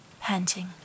panting